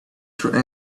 through